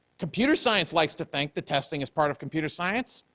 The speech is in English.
computer science likes to think that testing is part of computer science,